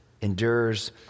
endures